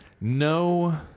No